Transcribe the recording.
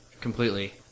completely